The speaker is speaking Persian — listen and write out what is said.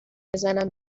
بزنم